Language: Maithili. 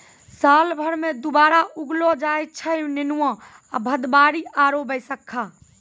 साल मॅ दु बार उगैलो जाय छै नेनुआ, भदबारी आरो बैसक्खा